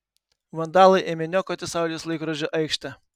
vandalai ėmė niokoti saulės laikrodžio aikštę